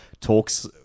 talks